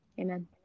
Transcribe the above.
Amen